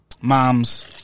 mom's